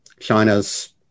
China's